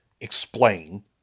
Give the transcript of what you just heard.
explain